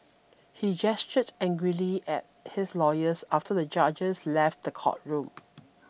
he gestured angrily at his lawyers after the judges left the courtroom